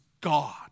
God